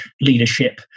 leadership